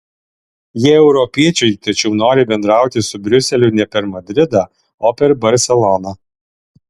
jie europiečiai tačiau nori bendrauti su briuseliu ne per madridą o per barseloną